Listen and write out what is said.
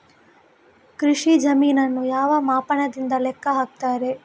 ಕೃಷಿ ಜಮೀನನ್ನು ಯಾವ ಮಾಪನದಿಂದ ಲೆಕ್ಕ ಹಾಕ್ತರೆ?